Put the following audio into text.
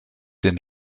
den